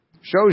shows